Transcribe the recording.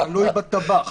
תלוי בטבח.